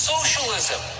Socialism